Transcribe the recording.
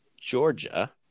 Georgia